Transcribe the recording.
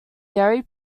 dairy